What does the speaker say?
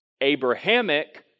Abrahamic